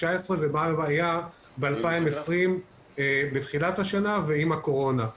ומה ב-2020 בתחילת השנה ועם הקורונה.